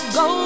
go